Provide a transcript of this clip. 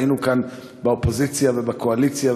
והיינו כאן באופוזיציה ובקואליציה,